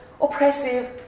oppressive